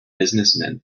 businessmen